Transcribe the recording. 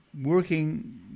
working